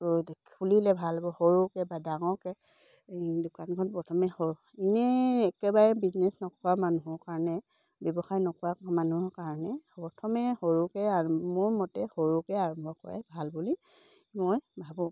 খুলিলে ভাল হ'ব সৰুকে বা ডাঙৰকে দোকানখন প্ৰথমে ইনেই একেবাৰে বিজনেছ নকৱা মানুহৰ কাৰণে ব্যৱসায় নকৰা মানুহৰ কাৰণে প্ৰথমে সৰুকে আৰম্ভ মোৰ মতে সৰুকে আৰম্ভ কৰাই ভাল বুলি মই ভাবোঁ